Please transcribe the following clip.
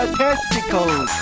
testicles